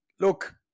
Look